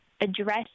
address